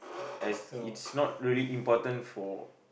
as it's not really important for